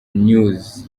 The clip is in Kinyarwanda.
news